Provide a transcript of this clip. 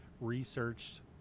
researched